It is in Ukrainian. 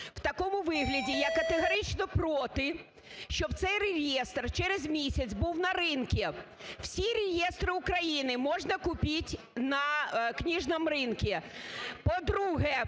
в такому вигляді я категорично проти, щоб цей реєстр через місяць був на ринку. Всі реєстри України можна купити на книжном рынке. По-друге,